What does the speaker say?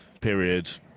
period